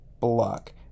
Block